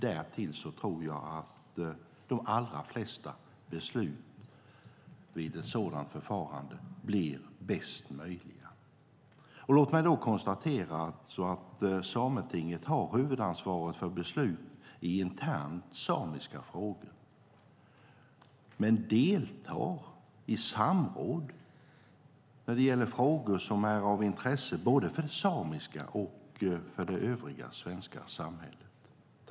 Därtill tror jag att de allra flesta beslut vid ett sådant förfarande blir de bästa möjliga. Låt mig konstatera att Sametinget har huvudansvaret för beslut i internt samiska frågor, men deltar i samråd när det gäller frågor som är av intresse för både det samiska och det övriga svenska samhället.